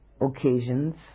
occasions